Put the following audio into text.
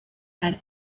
had